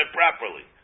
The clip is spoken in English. properly